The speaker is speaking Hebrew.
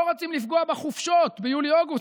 לא רוצים לפגוע בחופשות ביולי-אוגוסט,